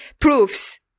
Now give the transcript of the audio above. proofs